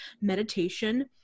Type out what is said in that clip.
meditation